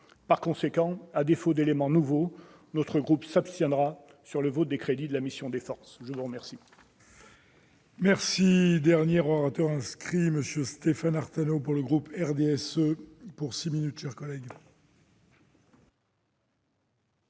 Par conséquent, à défaut d'éléments nouveaux, notre groupe s'abstiendra sur le vote des crédits de la mission « Défense ». La parole